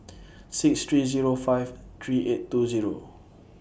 six three Zero five three eight two Zero